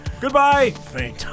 goodbye